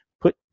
put